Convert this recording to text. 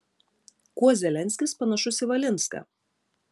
kuo zelenskis panašus į valinską